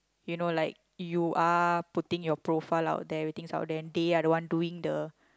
you know like you are putting your profile out there waiting out there they are the one doing the